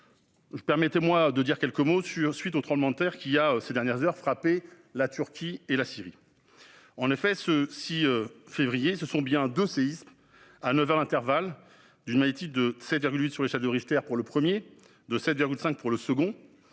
permettez-moi de dire quelques mots sur le tremblement de terre qui a ces dernières heures frappé la Turquie et la Syrie. En effet, ce 6 février, ce sont bien deux séismes, à neuf heures d'intervalle, d'une magnitude de 7,8 sur l'échelle de Richter pour le premier et de 7,5 pour le second,